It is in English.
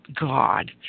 God